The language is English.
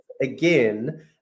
again